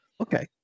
Okay